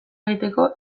egiteko